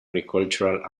agricultural